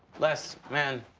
les, man.